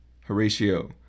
Horatio